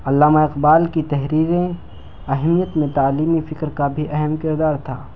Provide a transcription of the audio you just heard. علامہ اقبال کی تحریریں اہمیت میں تعلیمی فکر کا بھی اہم کردار تھا